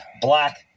Black